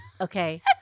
Okay